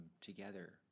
together